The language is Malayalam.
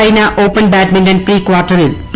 ചൈനാ ഓപ്പൺ ബാഡ്മിന്റൺ പ്രീ കാർട്ടറിൽ പി